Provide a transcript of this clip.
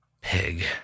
pig